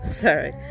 sorry